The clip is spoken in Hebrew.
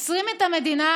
עוצרים את המדינה,